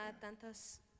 tantas